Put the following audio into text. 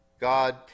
God